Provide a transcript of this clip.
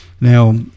Now